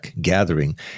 gathering